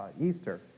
Easter